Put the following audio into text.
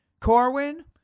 Corwin